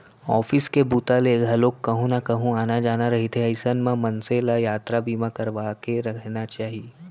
office के बूता ले घलोक कहूँ न कहूँ आना जाना रहिथे अइसन म मनसे ल यातरा बीमा करवाके रहिना चाही